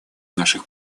наших